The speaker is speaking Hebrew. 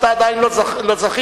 אתה עדיין לא זכית,